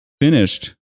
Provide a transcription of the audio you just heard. finished